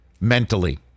mentally